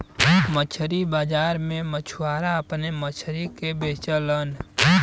मछरी बाजार में मछुआरा अपने मछरी के बेचलन